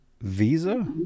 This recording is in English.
Visa